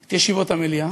את ישיבות המליאה.